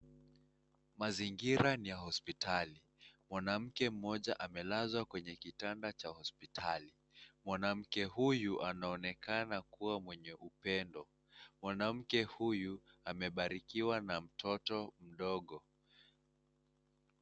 Mazingira ni ya hospitali, mwanamke mmoja amelazwa kwenye kitanda cha hospitali. Mwnamke huyu anaonekana kuwa mwenye upendo. Mwanamke huyu amebarikiwa na mtoto mdogo.